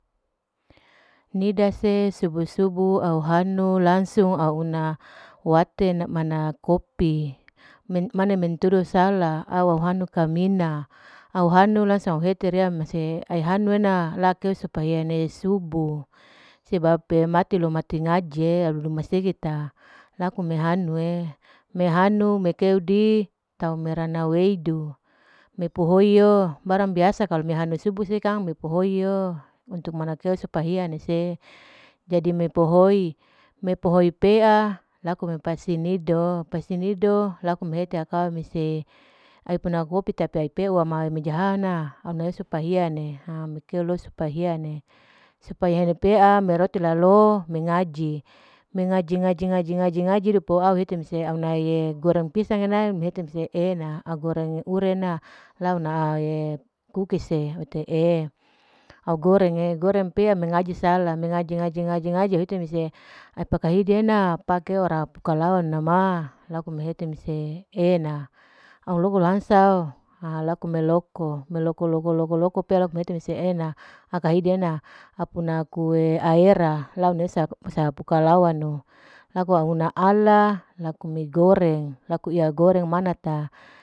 Nida se subuh-subuh au hanu langsung auna wate mana kopi, mane mentudu salah au hanu kamina auhanu langsung au hete riya mese aihanu ena, laku supaya ne subuh, sebab'e mati lo mati ngaji'e lumaseye ta, laku mei hanu'e, mehanu mekeudi tau merana weudu, mepohoi yo barang biasa kalu mehanu subuh'e kang mepohoi yo, untuk menakei supahiyo mese, jadi mepehoi, mepehoi pea laku mepasi nido, mepasi nido laku mehete aka mese ai puna kopi tapi, aipeuw ama meja hahana, ane supihiane, supahiya amekeo supahiyane pea meroti lalo mengaji, mengaji, ngaji ngaji ngaji ngaji depo au hete mese au nae goreng pisang mehete mese e'ena, goreng ure na lao na'e kukes se, au goreng mengaji salah, mengaji ngaji-ngaji, ngaji au hete mese pakehide ena, pakeara pukalawanu ma laku mehete mese e'ena, au loko lohansa'o, laku meloko, meloko loko loko loko pea laku mehete mese e'ena, pakhide ena apuna kue aera lau nesa masa pukalawanu laku auna ala, laku mie goreng, laku iya goreng mana ta.